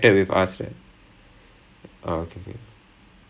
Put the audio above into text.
ya ya நம்ம:namma divya தான்:thaan ya ya ya err